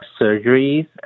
surgeries